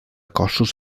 cossos